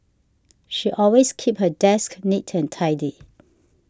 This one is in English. she always keeps her desk neat and tidy